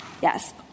Yes